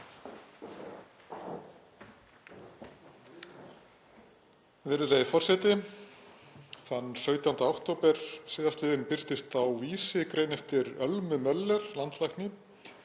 Virðulegur forseti. Þann 17. október síðastliðinn birtist á Vísi grein eftir Ölmu Möller landlækni